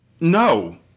No